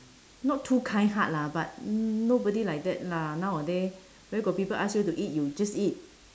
not too kind heart lah but nobody like that lah nowaday where got people ask you to eat you just eat